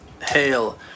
hail